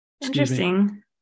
Interesting